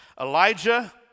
Elijah